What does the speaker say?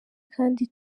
kandi